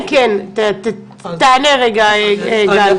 כן, כן תענה גל.